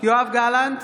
יואב גלנט,